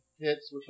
hits